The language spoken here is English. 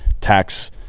Tax